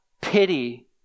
pity